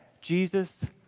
Jesus